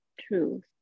truth